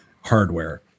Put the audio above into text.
hardware